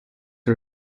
are